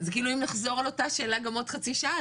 זה כאילו אם נחזור על אותה שאלה גם עוד חצי שעה,